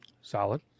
Solid